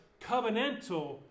covenantal